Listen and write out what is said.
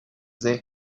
they